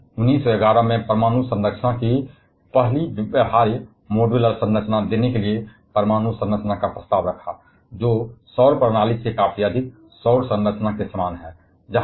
उन्होंने 1911 में परमाणु संरचना की पहली व्यवहार्य मॉड्यूलर संरचना देने के लिए परमाणु संरचना का प्रस्ताव रखा जो सौर प्रणाली से काफी अधिक सौर संरचना के समान है